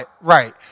right